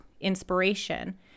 inspiration